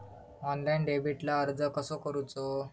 Online डेबिटला अर्ज कसो करूचो?